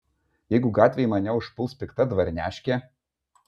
jeigu gatvėj mane užpuls pikta dvarneškė